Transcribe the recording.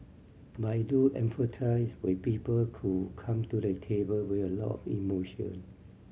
but I do empathise with people come to the table with a lot of emotion